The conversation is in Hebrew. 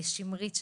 לשמרית שקד,